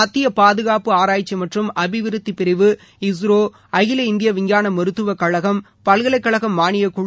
மத்திய பாதுகாப்பு ஆராய்ச்சி மற்றும் அபிவிருத்தி பிரிவு இஸ்ரோ அகில இந்திய விஞ்ஞான மருத்துவ கழகம் பல்கலைகழக மானிய குழு